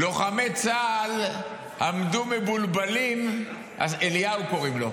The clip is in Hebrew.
לוחמי צה"ל עמדו מבולבלים, אליהו קוראים לו,